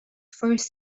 first